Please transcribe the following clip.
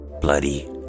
bloody